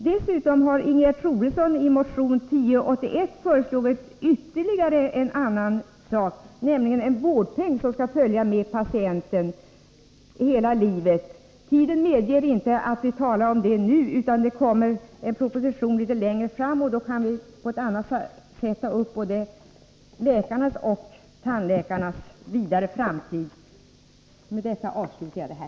Dessutom har Ingegerd Troedsson i sin motion 1081 föreslagit ytterligare en sak, nämligen en vårdpeng som skall följa med patienten hela livet. Tiden medger inte att vi nu talar om detta, utan det kommer en proposition litet längre fram. Då kan vi på ett helt annat sätt ta upp både läkarnas och tandläkarnas framtid. Med detta avslutar jag.